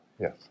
Yes